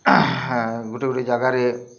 ଗୋଟେ ଗୋଟେ ଜାଗାରେ